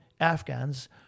Afghans